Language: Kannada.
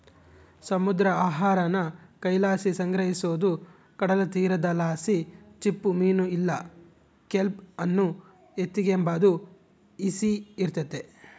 ಸಮುದ್ರ ಆಹಾರಾನ ಕೈಲಾಸಿ ಸಂಗ್ರಹಿಸೋದು ಕಡಲತೀರದಲಾಸಿ ಚಿಪ್ಪುಮೀನು ಇಲ್ಲ ಕೆಲ್ಪ್ ಅನ್ನು ಎತಿಗೆಂಬಾದು ಈಸಿ ಇರ್ತತೆ